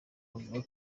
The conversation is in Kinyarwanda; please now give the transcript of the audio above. avuga